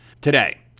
today